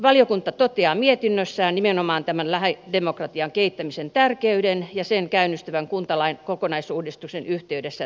valiokunta toteaa mietinnössään nimenomaan tämän lähidemokratian kehittämisen tärkeyden käynnistyvän kuntalain kokonaisuudistuksen yhteydessä että se on tärkeää